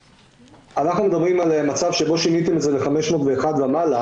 אנחנו מדברים על מצב בו שיניתם את המספר ל-501 ומעלה.